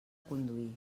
conduir